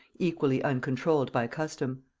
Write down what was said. equally uncontrolled by custom.